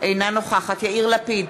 אינה נוכחת יאיר לפיד,